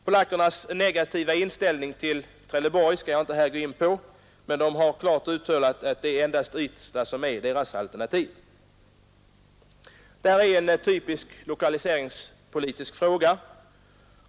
Polackernas negativa inställning till Trelleborg skall jag inte här gå in på, men de har uttalat att de inte vill tänka sig något annat alternativ än Ystad. Detta är en typisk lokaliseringspolitisk fråga.